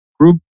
Group